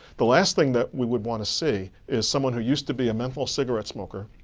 the last thing that we would want to see is someone who used to be a menthol cigarettes smoker